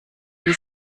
wie